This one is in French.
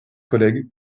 collègues